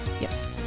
Yes